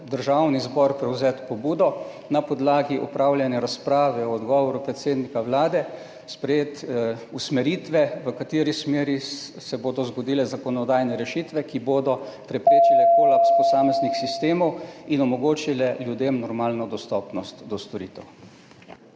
Državni zbor prevzeti pobudo, na podlagi opravljene razprave o odgovoru predsednika Vlade sprejeti usmeritve, v kateri smeri se bodo zgodile zakonodajne rešitve, ki bodo preprečile kolaps posameznih sistemov in omogočile ljudem normalno dostopnost do storitev.